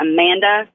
Amanda